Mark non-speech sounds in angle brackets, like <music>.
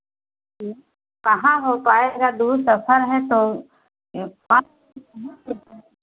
कहाँ हो पाएगा दूर सफ़र है तो <unintelligible>